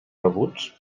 rebuts